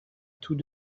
tout